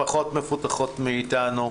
פחות מפותחות מאיתנו,